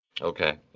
Okay